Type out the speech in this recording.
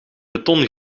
beton